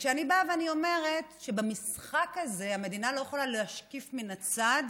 ואני באה ואני אומרת שבמשחק הזה המדינה לא יכולה להשקיף מן הצד